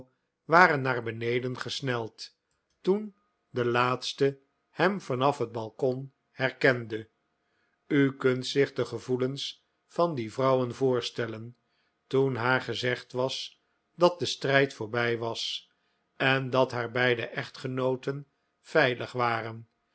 waren naar beneden gesneld toen de laatste hem van af het balkon herkende u kunt zich de gevoelens van die vrouwen voorstellen toen haar gezegd was dat de strijd voorbij was en dat haar beide echtgenooten veilig waren